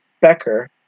Becker